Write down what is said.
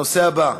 הנושא הבא,